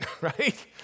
right